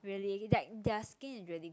really like their skin is really